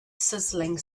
sizzling